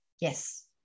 Yes